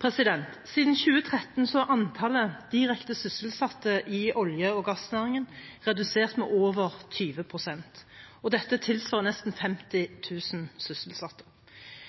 Siden 2013 er antallet direkte sysselsatte i olje- og gassnæringen redusert med over 20 pst., dette tilsvarer nesten 50 000 sysselsatte.